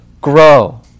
grow